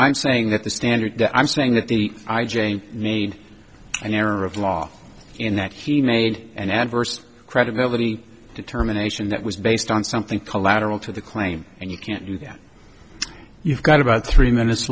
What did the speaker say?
i'm saying that the standard i'm saying that the i jane made an error of law in that he made an adverse credibility determination that was based on something collateral to the claim and you can't do that you've got about three minutes